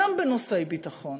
גם בנושא ביטחון,